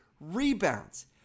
Rebounds